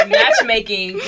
matchmaking